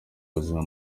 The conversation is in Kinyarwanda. buzima